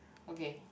okay